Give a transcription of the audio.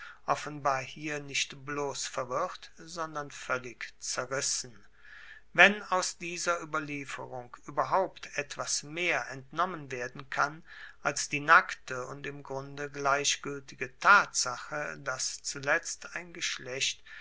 offenbar hier nicht bloss verwirrt sondern voellig zerrissen wenn aus dieser ueberlieferung ueberhaupt etwas mehr entnommen werden kann als die nackte und im grunde gleichgueltige tatsache dass zuletzt ein geschlecht